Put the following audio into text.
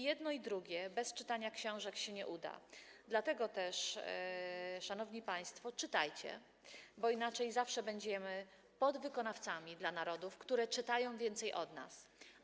Jedno ani drugie bez czytania książek się nie uda, dlatego też, szanowni państwo, czytajcie, bo inaczej zawsze będziemy podwykonawcami dla narodów, które czytają więcej od nas.